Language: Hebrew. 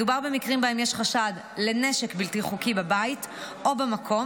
מדובר במקרים שבהם יש חשד לנשק בלתי חוקי בבית או במקום,